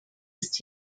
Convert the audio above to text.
ist